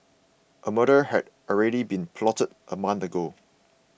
a murder had already been plotted a month ago